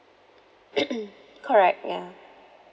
correct ya